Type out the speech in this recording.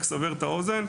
רק לסבר את האוזן,